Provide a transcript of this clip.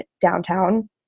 downtown